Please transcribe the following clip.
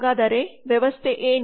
ಹಾಗಾದರೆ ವ್ಯವಸ್ಥೆ ಏನು